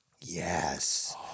Yes